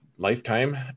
lifetime